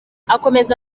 akomeza